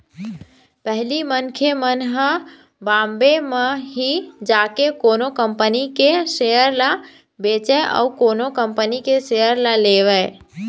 पहिली मनखे मन ह बॉम्बे म ही जाके कोनो कंपनी के सेयर ल बेचय अउ कोनो कंपनी के सेयर ल लेवय